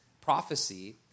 prophecy